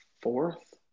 fourth